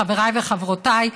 חבריי וחברותיי,